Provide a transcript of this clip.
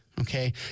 Okay